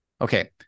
Okay